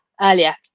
earlier